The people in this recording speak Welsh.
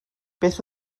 beth